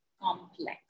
complex